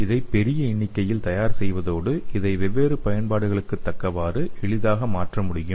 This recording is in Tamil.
இதை பெரிய எண்ணிக்கையில் தயார் செய்வதோடு இதை வெவ்வேறு பயன்பாடுகளுக்கு தக்கவாறு எளிதாக மாற்ற முடியும்